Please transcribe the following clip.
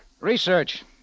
Research